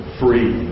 free